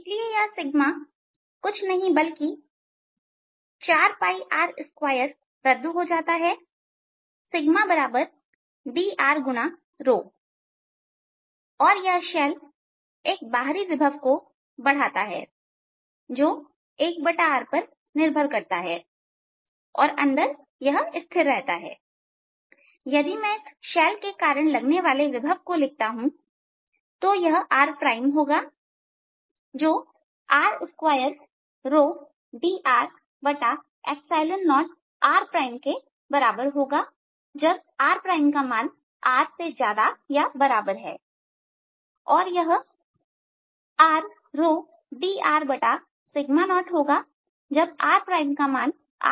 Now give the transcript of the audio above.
इसलिए कुछ नहीं है बल्कि 4r2 रद्द हो जाता है drऔर यह शैल एक बाहरी विभव को बढ़ाता है जो 1r पर निर्भर करता है और अंदर यह स्थिर रहता है यदि मैं इस शैल के कारण लगने वाले विभव को लिखता हूं तो यह r प्राइम होगा rr2 dr0r जब rrऔर यह rr dr0 होगा जब rr है